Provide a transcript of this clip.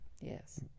Yes